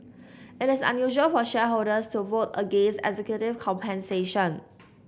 it is unusual for shareholders to vote against executive compensation